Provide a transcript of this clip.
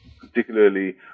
particularly